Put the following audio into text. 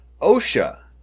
OSHA